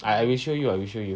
I I will show you I will show you